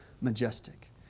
majestic